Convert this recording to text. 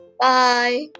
Bye